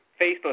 Facebook